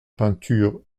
peinture